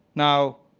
now,